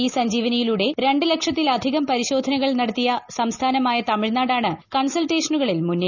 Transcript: E സഞ്ജീവനിയിലൂടെ രണ്ട് ലക്ഷത്തിലധികം പരിശോധനകൾ നടത്തിയ സംസ്ഥാനമായ തമിഴ്നാടാണ് കൺസൾട്ടേഷനുകളിൽ മുന്നിൽ